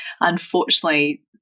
unfortunately